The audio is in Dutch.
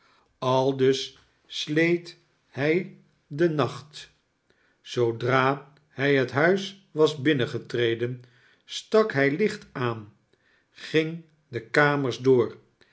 aldus sleet hij den nacht zoodra hij het huis was binnengetreden stak hij licht aan ging de kamers door